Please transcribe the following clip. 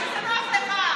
כשזה נוח לך.